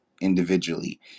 individually